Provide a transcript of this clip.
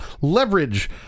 Leverage